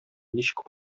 ничек